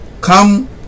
come